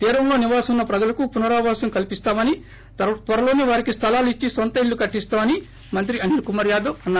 తీరంలో నివాసం ఉన్న ప్రజలకు పునరావసం కల్పిస్తామని త్వరలోసే వారికి స్థలాలు ఇచ్చి నొంత ఇళ్లు కట్టిస్తాం అని మంత్రి అనిల్ కుమార్ యాదవ్ అన్నారు